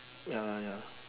ya lah ya